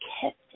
kept